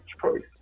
choice